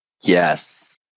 Yes